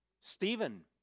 Stephen